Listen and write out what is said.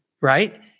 right